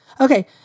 Okay